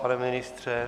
Pane ministře?